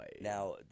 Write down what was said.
Now